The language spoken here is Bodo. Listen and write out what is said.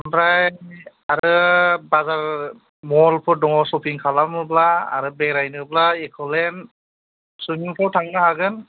ओमफ्राय आरो बाजार मलफोर दङ सफिं खालामोब्ला आरो बेरायनोब्ला एख'लेन्द सुइमिंफुलाव थांनो हागोन